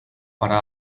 parar